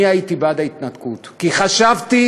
אני הייתי בעד ההתנתקות, כי חשבתי,